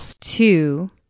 Two